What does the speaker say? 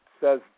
says